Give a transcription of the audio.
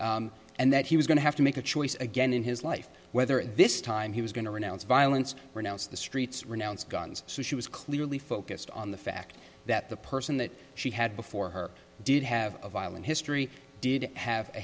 him and that he was going to have to make a choice again in his life whether at this time he was going to renounce violence renounce the streets renounce guns so she was clearly focused on the fact that the person that she had before her did have a violent history did have a